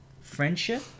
friendship